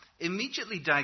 immediately